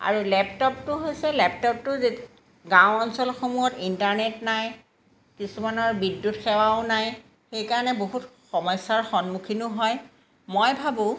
আৰু লেপটপটো হৈছে লেপটপটো যে গাঁও অঞ্চলসমূহত ইণ্টাৰনেট নাই কিছুমানৰ বিদ্যুৎ সেৱাও নাই সেইকাৰণে বহুত সমস্যাৰ সন্মুখীনো হয় মই ভাবোঁ